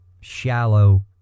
shallow